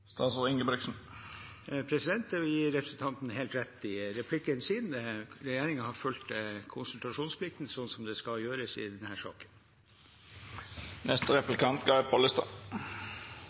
Jeg vil gi representanten helt rett i replikken hans. Regjeringen har fulgt konsultasjonsplikten sånn som det skal gjøres i